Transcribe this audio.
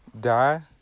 Die